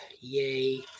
Yay